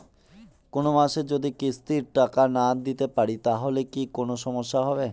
কোনমাসে যদি কিস্তির টাকা না দিতে পারি তাহলে কি কোন সমস্যা হবে?